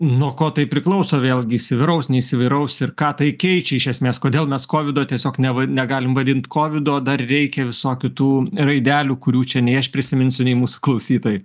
nuo ko tai priklauso vėlgi įsivyraus neįsivyraus ir ką tai keičia iš esmės kodėl mes kovido tiesiog neva negalim vadint kovidu o dar reikia visokių tų raidelių kurių čia nei aš prisiminsiu nei mūsų klausytojai